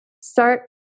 start